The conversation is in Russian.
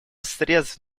средств